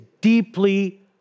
deeply